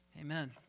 Amen